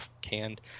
canned